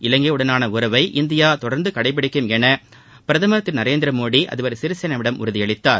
இவங்கையுடனான உறவை இந்தியா தொடர்ந்து கடைபிடிக்கும் என பிரதமர் திரு நரேந்திரமோடி அதிபர் சிறிசேனாவிடம் உறுதியளித்தார்